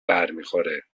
برمیخوره